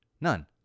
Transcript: none